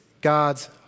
God's